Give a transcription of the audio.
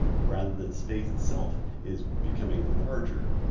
but rather that space itself is becoming larger.